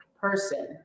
person